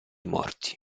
morti